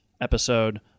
episode